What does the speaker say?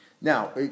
Now